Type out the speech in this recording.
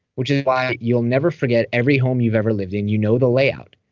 which is why you'll never forget every home you've ever lived in. you know the layout.